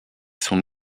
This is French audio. son